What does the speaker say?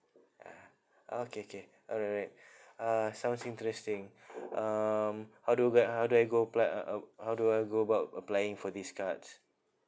ah okay okay all right all right uh sounds interesting um how do ga~ how do I go apply uh uh how do I go about applying for these cards